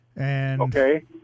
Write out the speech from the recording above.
Okay